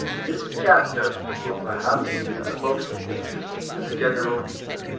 this chapter will perhaps be the most interesting to the general reader,